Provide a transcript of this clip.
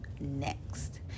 next